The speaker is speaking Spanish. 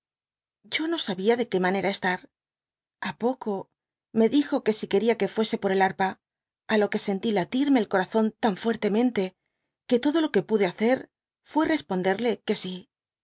yo no sabia de que manera estar a poco me dijo que si quería que fuese por el harpa á lo que sentí latirme el corazón tan fuertemente que todo lo que pude hacer fué responderle que sí